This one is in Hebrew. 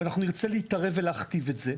ואנחנו נרצה להתערב ולהכתיב את זה,